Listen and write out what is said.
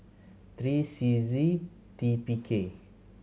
three C Z T P K